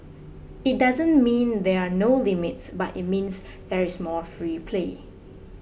it doesn't mean there are no limits but it means there is more free play